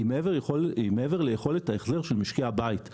היא מעבר ליכולת ההחזר של משקי הבית.